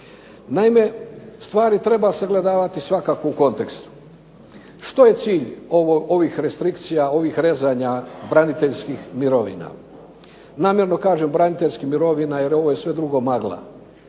Naime, stvari treba sagledavati u svakakvom kontekstu. Što je cilj ovih rezanja braniteljskih mirovina. Namjerno kažem braniteljskih mirovina jer ovo je sve drugo magla.